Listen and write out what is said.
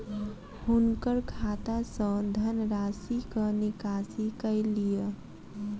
हुनकर खाता सॅ धनराशिक निकासी कय लिअ